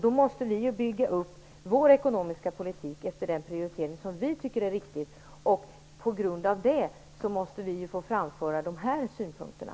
Då måste vi bygga upp vår ekonomiska politik efter den prioritering som vi tycker är riktig och på grund av den få framföra de här synpunkterna.